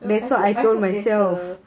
I hope there's a